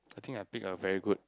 I think I picked a very good